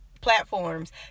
platforms